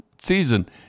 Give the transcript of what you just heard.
season